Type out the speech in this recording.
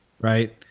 right